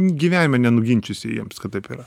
gyvenime nenuginčysi jiems kad taip yra